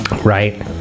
Right